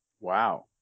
Wow